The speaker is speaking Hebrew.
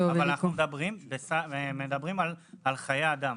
אנחנו מדברים על חיי אדם